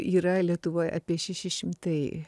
yra lietuvoje apie šeši šimtai